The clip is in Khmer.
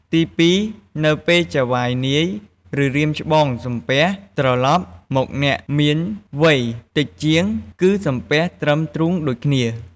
ទីពីរ នៅពេលចៅហ្វាយនាយ ឬ រៀមច្បងសំពះ ត្រឡប់មកអ្នកមានវ័យតិចជាង គឺសំពះត្រឹមទ្រូងដូចគ្នា។